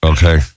Okay